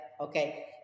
okay